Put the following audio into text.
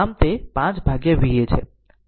આમ તે 5 ભાગ્યા Va છે